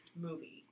movie